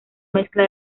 mezcla